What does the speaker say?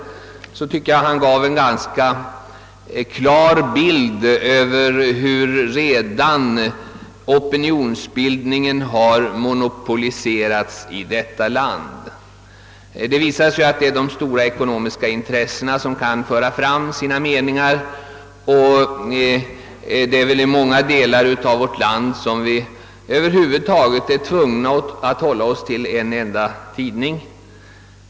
Jag tycker att han då gav en ganska klar bild av hur opinonsbildningen redan har monopoliserats i detta land. Det visar, att det är de stora ekonomiska intressena som kan föra fram sina meningar. I många delar av landet är vi tvungna att hålla oss till en enda tidning.